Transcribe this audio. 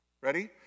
Ready